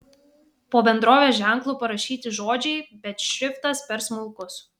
po bendrovės ženklu parašyti žodžiai bet šriftas per smulkus